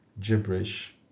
gibberish